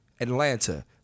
Atlanta